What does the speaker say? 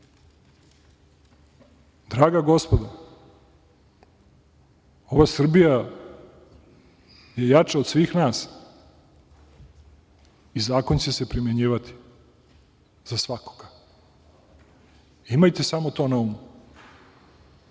gospodo, ova Srbija je jača od svih nas i zakon će se primenjivati za svakoga. Imajte samo to na umu.